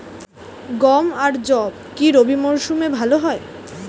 গম আর যব কি রবি মরশুমে ভালো হয়?